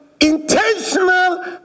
intentional